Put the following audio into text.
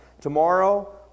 Tomorrow